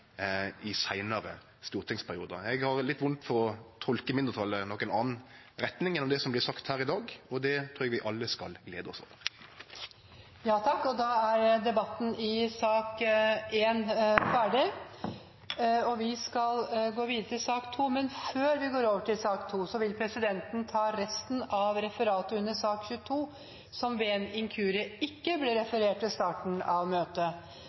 i seinare stortingsperiodar. Eg har litt vondt for å tolke mindretalet i noka anna retning gjennom det som har vorte sagt her i dag, og det trur eg vi alle skal glede oss over. Flere har ikke bedt om ordet til sak nr. 1. Før vi går over til sak 2, vil presidenten ta resten av referatet under sak 22, som ved en inkurie ikke ble referert i starten av møtet.